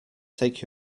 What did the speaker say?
take